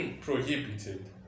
Prohibited